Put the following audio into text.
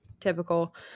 typical